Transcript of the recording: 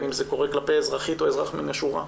אם זה קורה כלפי אזרחית או אזרח מן השורה.